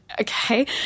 okay